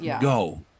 go